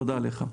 תודה לך.